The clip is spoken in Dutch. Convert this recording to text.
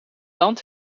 land